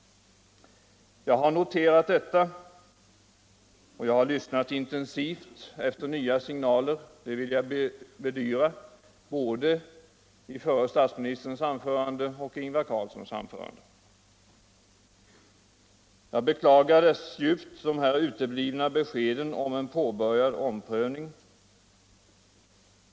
Jag har noterat detta, och jag har lyssnat intensivt efter nyva signaler - det vill jag bedyra — både i den förre statsministerns och i Ingvar Carlssons antföranden: Jag beklagar djupt de uteblivna beskeden om en påbörjad omprövning.